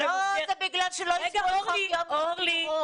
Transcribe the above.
--- אורלי,